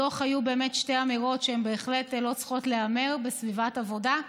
בדוח היו באמת שתי אמירות שהן בהחלט לא צריכות להיאמר בסביבת עבודה.